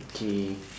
okay